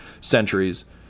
centuries